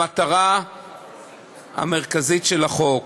המטרה המרכזית של החוק,